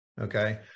okay